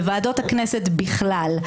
בוועדות הכנסת בכלל,